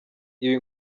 ibi